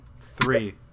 Three